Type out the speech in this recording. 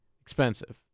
Expensive